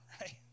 right